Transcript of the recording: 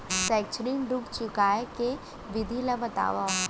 शैक्षिक ऋण चुकाए के विधि ला बतावव